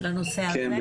לנושא הזה?